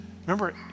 Remember